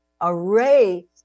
array